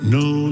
no